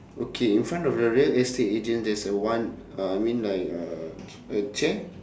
okay in front of the real estate agent there's a one uh I mean like a a chair